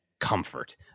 comfort